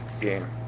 game